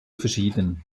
verschieden